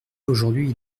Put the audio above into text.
aujourd’hui